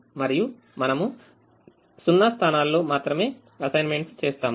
మరియు మనము 0 స్థానాల్లో మాత్రమే అసైన్మెంట్స్ చేస్తాము